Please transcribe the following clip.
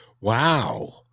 Wow